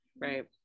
right